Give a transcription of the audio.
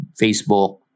Facebook